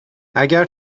اگر